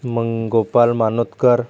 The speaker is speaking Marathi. मग गोपाल मानोतकर